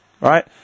Right